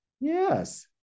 yes